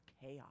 chaos